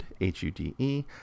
H-U-D-E